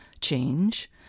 change